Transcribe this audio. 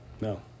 No